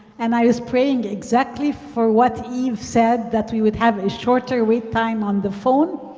and i was praying exactly for what eve said that we would have a shorter wait time on the phone,